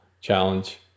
challenge